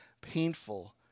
painful